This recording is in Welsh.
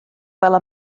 fel